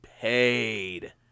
paid